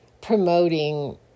promoting